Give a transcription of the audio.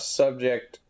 subject